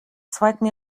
zweiten